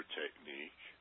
technique